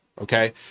okay